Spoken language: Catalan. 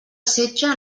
setge